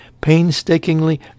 painstakingly